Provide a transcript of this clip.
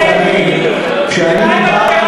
אני אענה.